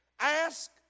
Ask